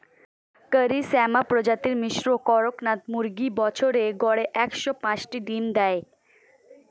কারি শ্যামা প্রজাতির মিশ্র কড়কনাথ মুরগী বছরে গড়ে একশ পাঁচটি ডিম দেয়